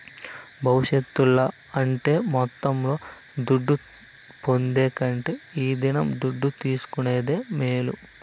భవిష్యత్తుల అంటే మొత్తంలో దుడ్డు పొందే కంటే ఈ దినం దుడ్డు తీసుకునేదే మేలు